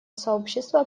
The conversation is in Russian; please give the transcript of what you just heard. сообщества